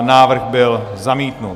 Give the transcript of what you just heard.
Návrh byl zamítnut.